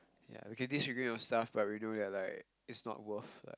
ya we can disagree on stuff but we know that like it's not worth like